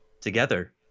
together